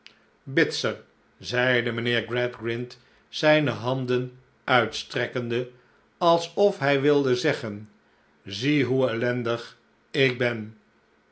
jbitzer zeide mijnheer gradgrind zijne handen uitstrekkende alsof hij wilde zeggen zie hoe ellendig ik ben